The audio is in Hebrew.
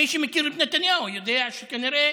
מי שמכיר את נתניהו יודע שכנראה